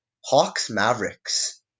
Hawks-Mavericks